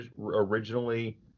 originally